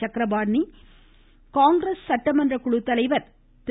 சக்கரபாணி காங்கிரஸ் சட்டமன்ற குழு தலைவர் திரு